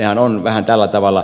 nehän ovat vähän tällä tavalla